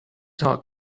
talk